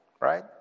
right